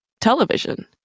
television